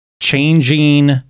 changing